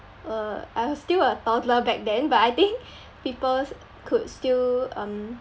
uh I was still a toddler back then but I think people could still um